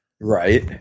Right